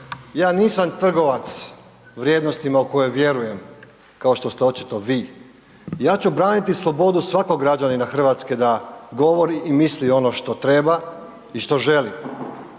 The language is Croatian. ja nisam trgovac vrijednostima u koje vjerujem kao što ste očito vi, ja ću braniti slobodu svakog građanina Hrvatske da govori i misli ono što treba i što želi